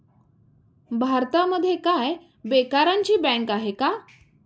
भारतामध्ये काय बेकारांची बँक आहे का?